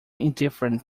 indifferent